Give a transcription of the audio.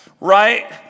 right